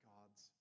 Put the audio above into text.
God's